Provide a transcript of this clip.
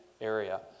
area